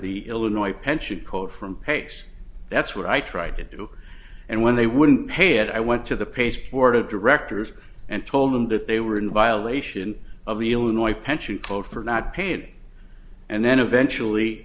the illinois pension code from pace that's what i tried to do and when they wouldn't pay it i went to the paste board of directors and told them that they were in violation of the illinois pension code for not paying and then eventually